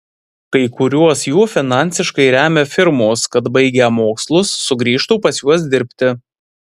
kai kuriuos jų finansiškai remia firmos kad baigę mokslus sugrįžtų pas juos dirbti